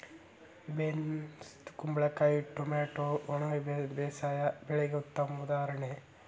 beans ಕುಂಬಳಕಾಯಿ tomato ಒಣ ಬೇಸಾಯ ಬೆಳೆಗೆ ಉತ್ತಮ ಉದಾಹರಣೆ